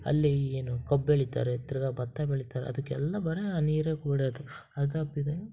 ಅಲ್ಲಿ ಏನು ಕಬ್ಬು ಬೆಳೀತಾರೆ ತಿರ್ಗಾ ಭತ್ತ ಬೆಳೀತಾರೆ ಅದಕ್ಕೆಲ್ಲಾ ಬರೇ ಆ ನೀರೇ ಬಿಡದು ಅದಾಕ್ದಿದಂಗೆ